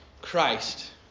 Christ